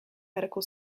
medical